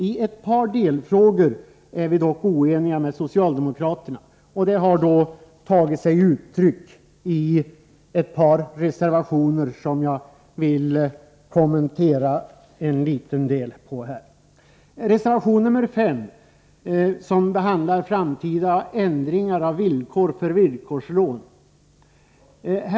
I ett par delfrågor är vi dock oeniga med socialdemokraterna, och det har tagit sig uttryck i ett par reservationer, som jag vill kommentera litet grand. Reservation 5 behandlar framtida ändringar av villkoren för villkorslån.